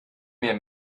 mehr